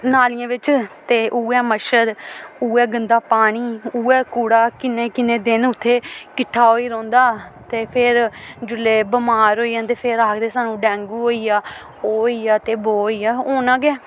नालियें बिच्च ते उऐ मच्छर उ'ऐ गंदा पानी उऐ कूड़ा किन्ने किन्ने दिन उत्थै किट्ठा होई रौंह्दा ते फिर जेल्लै बमार होई जान ते फिर आखदे सानूं डेंगू होई गेआ ओह् होई गेआ ते बो होई गेआ होना गै